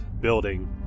building